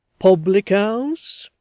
public-house?